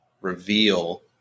reveal